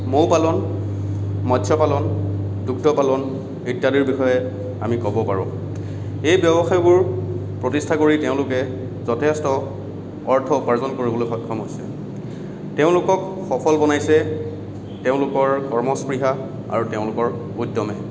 মৌ পালন মৎস্য পালন দুগ্ধ পালন ইত্যাদিৰ বিষয়ে আমি ক'ব পাৰোঁ এই ব্যৱসায়বোৰ প্ৰতিষ্ঠা কৰি তেওঁলোকে যথেষ্ট অৰ্থ উপাৰ্জন কৰিবলৈ সক্ষম হৈছে তেওঁলোকক সফল বনাইছে তেওঁলোকৰ কৰ্মস্পৃহা আৰু তেওঁলোকৰ উদ্যমে